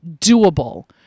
doable